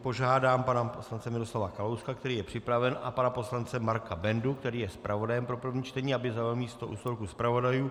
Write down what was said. Požádám pana poslance Miroslava Kalouska, který je připraven, a pana poslance Marka Bendu, který je zpravodajem pro prvé čtení, aby zaujali místo u stolku zpravodajů.